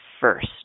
first